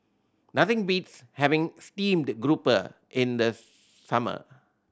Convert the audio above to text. nothing beats having steamed grouper in the summer